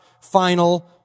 final